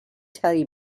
teddy